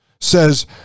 says